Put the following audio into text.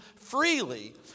freely